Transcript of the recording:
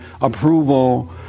approval